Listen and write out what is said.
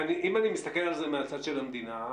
אם אני מסתכל על זה מהצד של המדינה,